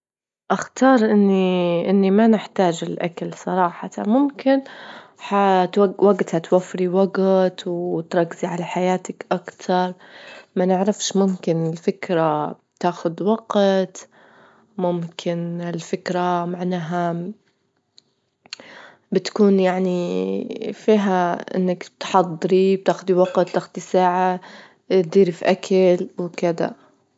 أختار إني- إني ما نحتاج الأكل صراحة، ممكن ح- وجتها توفري وجت وتركزي على حياتك أكثر، ما نعرفش ممكن الفكرة تأخد وقت، ممكن الفكرة معناها بتكون يعني فيها إنك تحضري بتأخدي وقت تأخدي ساعة، تديري في أكل وكذا.